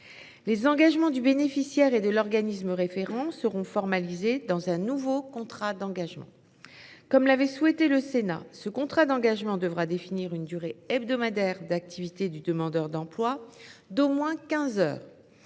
Les engagements du bénéficiaire et de l’organisme référent seront formalisés dans un nouveau contrat d’engagement. Comme l’avait souhaité le Sénat, ce contrat d’engagement devra définir une durée hebdomadaire d’activité du demandeur d’emploi d’au moins quinze heures.